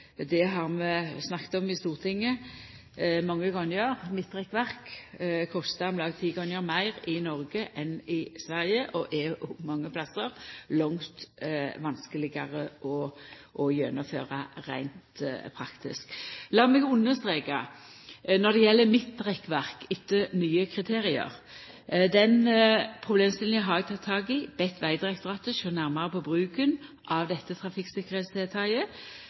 Stortinget mange gonger. Midtrekkverk kostar om lag ti gonger meir i Noreg enn i Sverige, og er òg mange stader langt vanskelegare å gjennomføra reint praktisk. Lat meg understreka når det gjeld midtrekkverk etter nye kriterium: Den problemstillinga har eg teke tak i, og bedt Vegdirektoratet sjå nærmare på bruken av dette